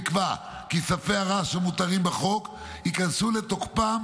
נקבע כי ספי הרעש המותרים בחוק ייכנסו לתוקפם